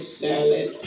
salad